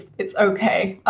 it's okay.